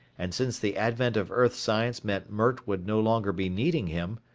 and since the advent of earth science meant mert would no longer be needing him,